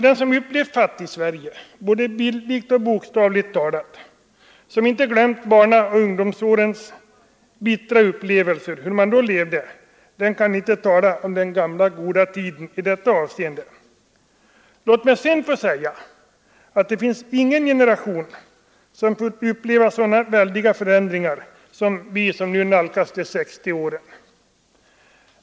Den som upplevt Fattigsverige — både bildligt och bokstavligt talat —, den som inte glömt barnaoch ungdomsårens bittra upplevelser, den kan inte tala om den gamla goda tiden i detta avseende. Låt mig sedan få säga att det inte finns någon generation som fått uppleva så väldiga förändringar som vi vilka nu nalkas de 60 åren.